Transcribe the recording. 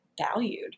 valued